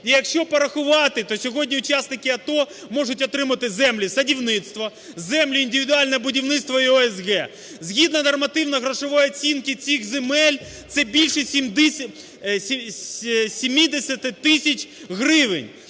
якщо порахувати, то сьогодні учасники АТО можуть отримати землі садівництво, землі індивідуальне будівництво і ОСГ. Згідно нормативно-грошової оцінки цих земель, це більше 70 тисяч гривень.